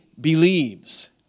believes